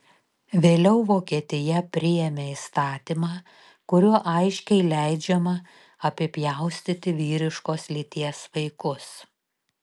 vėliau vokietija priėmė įstatymą kuriuo aiškiai leidžiama apipjaustyti vyriškos lyties vaikus